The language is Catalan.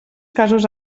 casos